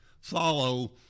follow